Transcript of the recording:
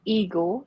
ego